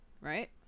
right